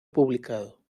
publicado